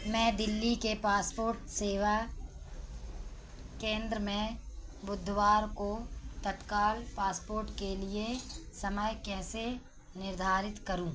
मैं दिल्ली के पासपोर्ट सेवा केंद्र में बुधवार को तत्काल पासपोर्ट के लिए समय कैसे निर्धारित करूँ